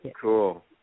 cool